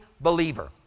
believer